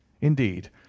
indeed